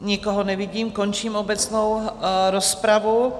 Nikoho nevidím, končím obecnou rozpravu.